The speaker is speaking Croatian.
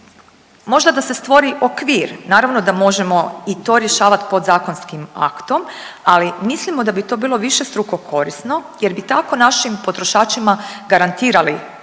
Možda da se stvori okvir, naravno da možemo i to rješavati podzakonskim aktom ali mislimo da bi to bilo višestruko korisno jer bi tako našim potrošačima garantirali kvalitetnu